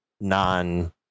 non-